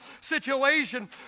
situation